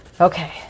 Okay